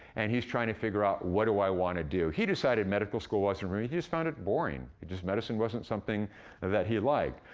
and he's trying to figure out, what do i wanna do? he decided medical school wasn't for him he just found it boring. he just medicine wasn't something that he liked.